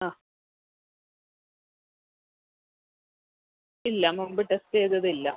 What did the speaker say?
ആ ഇല്ല മുമ്പ് ടെസ്റ്റ് ചെയ്തത് ഇല്ല